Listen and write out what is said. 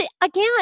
again